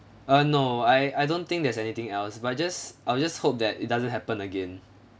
uh no I I don't think there's anything else but just I will just hope that it doesn't happen again